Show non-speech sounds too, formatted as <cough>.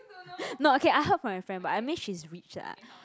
<breath> no okay I heard from my friend but I mean she's rich lah